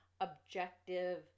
objective